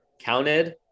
counted